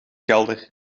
kelder